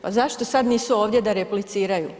Pa zašto sad nisu ovdje da repliciraju?